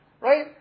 right